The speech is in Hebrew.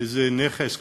איזה נכס כלשהו.